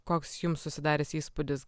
koks jums susidaręs įspūdis